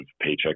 paycheck